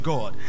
God